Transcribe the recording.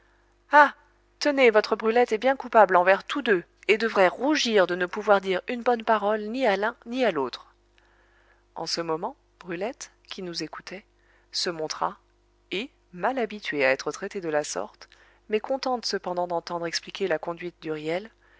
ah tenez votre brulette est bien coupable envers tous deux et devrait rougir de ne pouvoir dire une bonne parole ni à l'un ni à l'autre en ce moment brulette qui nous écoutait se montra et mal habituée à être traitée de la sorte mais contente cependant d'entendre expliquer la conduite